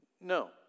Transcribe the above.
No